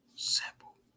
Simple